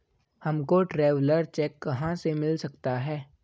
हमको traveller cheque कहाँ से मिल सकता है?